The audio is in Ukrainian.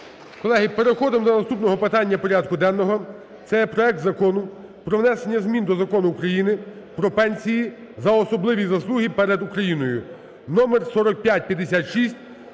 Колеги, переходимо до наступного питання порядку денного, це проект Закону про внесення змін до Закону України "Про пенсії за особливі заслуги перед Україною" (номер 4556).